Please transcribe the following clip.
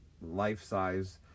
life-size